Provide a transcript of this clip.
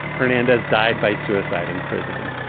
hernandez died by suicide in prison.